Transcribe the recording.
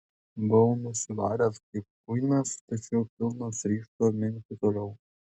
buvau nusivaręs kaip kuinas tačiau pilnas ryžto minti toliau